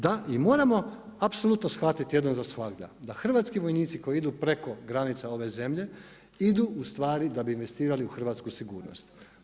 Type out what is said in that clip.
Da, i moramo apsolutno shvatiti jednom za svagda, da hrvatski vojnici koji idu preko granica ove zemlje, idu ustvari da bi investirali u hrvatsku sigurnost.